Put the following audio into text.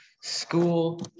school